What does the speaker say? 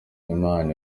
imana